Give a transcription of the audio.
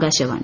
Akashvani